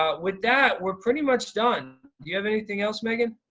um with that we're pretty much done. you have anything else megan?